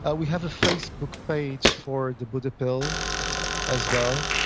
ah we have a facebook page for the buddha pill as well.